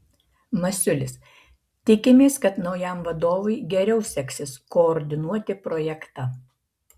masiulis tikimės kad naujam vadovui geriau seksis koordinuoti projektą